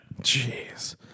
Jeez